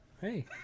Hey